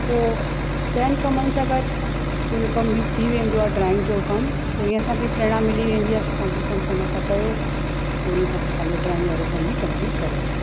पोइ ॿियनि कमनि सां गॾु इहो कमु बि थी वेंदो आहे ड्रॉइंग जो कमु पोइ ईअं असांखे प्रेरणा मिली वेंदी आहे की पंहिंजो कमु समय सां कयो उन्ही सां पोइ पंहिंजो ड्रॉइंग वारो कमु बि कम्प्लीट कंदा आहिनि